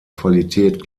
qualität